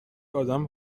آدم